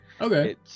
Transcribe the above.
Okay